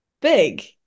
big